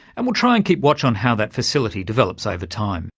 and we'll try and keep watch on how that facility develops over time.